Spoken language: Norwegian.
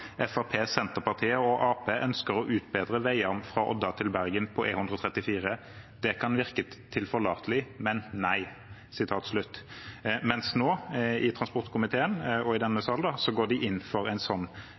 Senterpartiet og Arbeiderpartiet ønsker til å utrede veiarm fra Odda til Bergen på E134, det kan virke tilforlatelig, men nei.» Men nå, i transportkomiteen og i denne salen, går de inn for en sånn